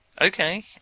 Okay